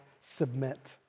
submit